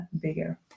bigger